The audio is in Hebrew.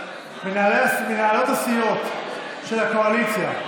מנהלות הסיעות של הקואליציה.